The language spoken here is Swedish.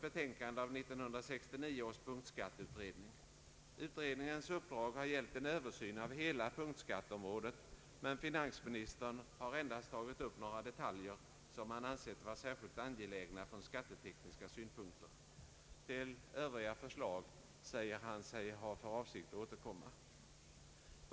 översyn av hela punktskatteområdet, men finansministern har endast tagit upp några detaljer som han ansett vara särskilt angelägna från skattetekniska synpunkter. Till övriga förslag säger han sig ha för avsikt att återkomma.